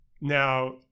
Now